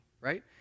right